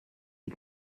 sie